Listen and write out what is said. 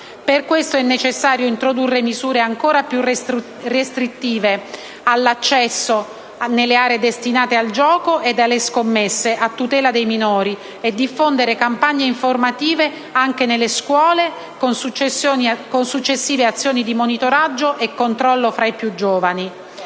Per questo è necessario introdurre misure ancora più restrittive all'accesso alle aree destinate al gioco e alle scommesse, a tutela dei minori, e diffondere campagne informative anche nelle scuole, con successive azioni di monitoraggio e controllo fra i più giovani.